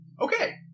Okay